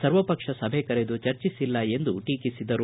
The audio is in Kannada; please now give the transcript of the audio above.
ಸರ್ವಪಕ್ಷ ಸಭೆ ಕರೆದು ಚರ್ಚಿಸಿಲ್ಲ ಎಂದು ಟೀಕಿಸಿದರು